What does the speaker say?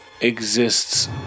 exists